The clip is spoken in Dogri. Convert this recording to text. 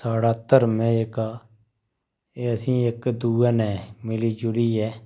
साढ़ा धर्म ऐ जेह्का ऐ असेंगी इक दुऐ कन्नै मिली जुली ऐ